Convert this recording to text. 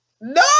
No